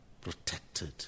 protected